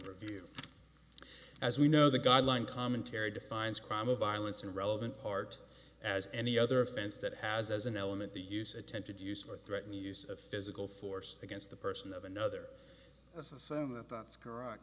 review as we know the guideline commentary defines crime of violence in relevant part as any other offense that has as an element the use attempted use or threaten the use of physical force against the person of another as a sign that that's correct